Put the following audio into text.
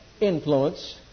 influence